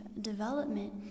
development